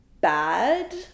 bad